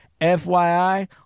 FYI